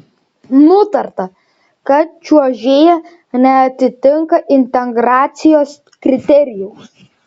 nutarta kad čiuožėja neatitinka integracijos kriterijaus